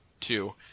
two